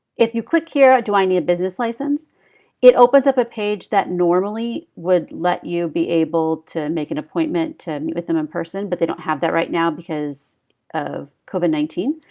if you click here do i need a business license it opens up a page that normally would let you be able to make an appointment to meet with them in person but they don't have that right now because of covid nineteen.